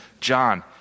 John